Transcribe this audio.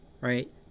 right